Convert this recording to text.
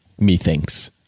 methinks